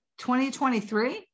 2023